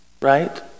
right